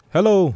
Hello